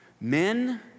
Men